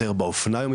יותר באופנה היום,